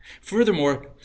Furthermore